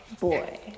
boy